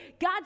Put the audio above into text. God